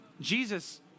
Jesus